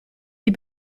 die